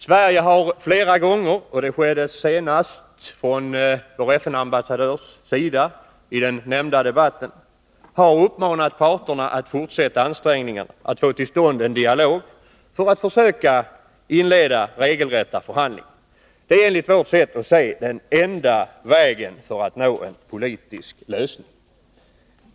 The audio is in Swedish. Sverige har flera gånger — senast genom vår FN-ambassadör i den nämnda debatten — uppmanat parterna att fortsätta ansträngningarna att få till stånd en dialog för att försöka inleda regelrätta förhandlingar. Detta är enligt vårt sätt att se enda vägen för att nå en nödvändig politisk lösning.